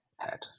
head